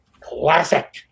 classic